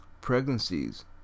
pregnancies